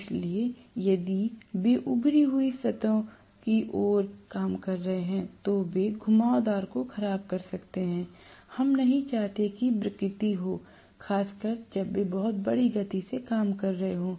इसलिए यदि वे उभरी हुई सतहों की ओर काम कर रहे हैं तो वे घुमावदार को ख़राब कर सकते हैं हम नहीं चाहते कि विकृति हो खासकर जब वे बहुत बड़ी गति से काम कर रहे हों